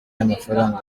y’amafaranga